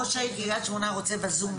ראש העיר קריית שמונה רוצה בזום,